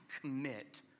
commit